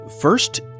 First